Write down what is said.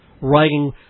writing